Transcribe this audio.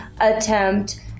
attempt